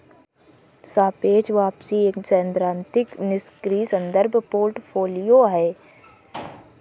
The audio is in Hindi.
सापेक्ष वापसी एक सैद्धांतिक निष्क्रिय संदर्भ पोर्टफोलियो है